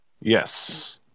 Yes